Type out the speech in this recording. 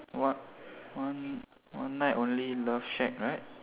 what one one night only love shack right